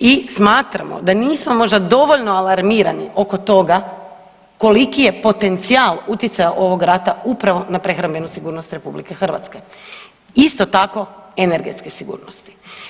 i smatramo da nismo možda dovoljno alarmirani oko toga koliki je potencijal utjecaja ovog rata upravo na prehrambenu sigurnost RH, isto tako energetske sigurnosti.